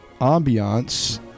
ambiance